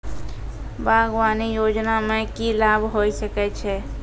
बागवानी योजना मे की लाभ होय सके छै?